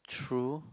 true